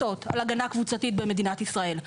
העניין של איך מתקבלות החלטות על הגנה קבוצתית במדינת ישראל,